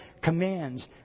commands